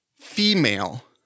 female